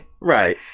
Right